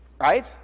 Right